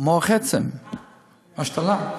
מוח עצם, השתלה.